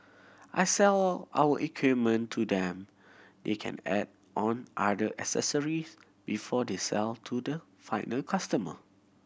I sell our equipment to them they can add on other accessory before they sell to the final customer